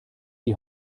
die